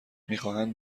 میخواهند